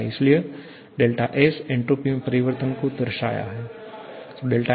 इसलिए ΔS entropy में परिवर्तन को दर्शाता है